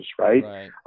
right